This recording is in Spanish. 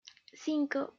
cinco